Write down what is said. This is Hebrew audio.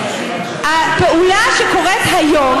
הפעולה שקורית היום,